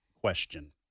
question